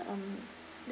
um